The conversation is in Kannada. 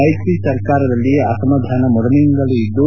ಮೈತ್ರಿ ಸರ್ಕಾರದಲ್ಲಿ ಅಸಮಾಧಾನ ಮೊದಲಿನಿಂದಲೂ ಇದ್ದು